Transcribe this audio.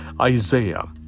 Isaiah